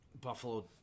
Buffalo